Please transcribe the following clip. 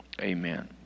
Amen